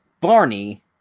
Barney